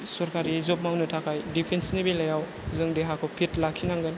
सोरखारि जब मावनो थाखाय दिफेन्सनि बेलायाव जों देहाखौ फिट लाखिनांगोन